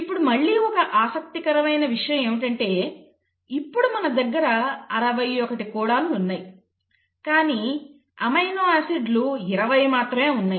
ఇప్పుడు మళ్ళీ ఒక ఆసక్తికరమైన విషయం ఏమిటంటే ఇప్పుడు మన దగ్గర 61 కోడాన్లు ఉన్నాయి కానీ అమైనో ఆసిడ్లు 20 మాత్రమే ఉన్నాయి